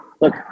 look